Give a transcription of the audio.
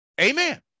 Amen